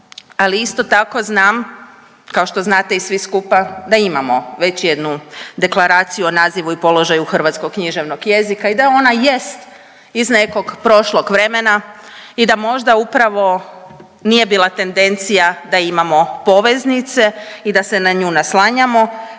ali isto tako znam, kao što znate i svi skupa da imamo već jednu Deklaraciju o nazivu i položaju hrvatskog književnog jezika i da ona jest iz nekog prošlog vremena i da možda upravo nije bila tendencija da imamo poveznice i da se na nju naslanjamo,